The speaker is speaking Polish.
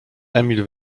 emil